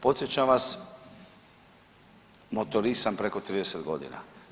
Podsjećam vas, motorist sam preko 30 godina.